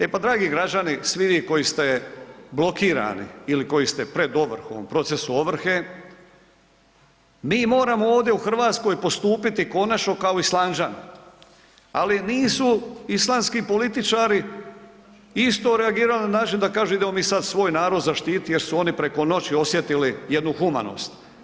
E pa dragi građani, svi vi koji ste blokirani ili koji ste pred ovrhom, u procesu ovrhe mi moramo ovdje u Hrvatskoj postupiti konačno kao Islanđani, ali nisu islandski političari isto reagirali na način da kažu idemo mi sad svoj narod zaštititi jer su oni preko noći osjetili jednu humanost.